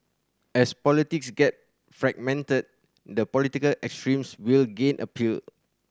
as politics get fragmented the political extremes will gain appeal